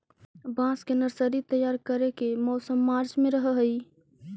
बांस के नर्सरी तैयार करे के मौसम मार्च में रहऽ हई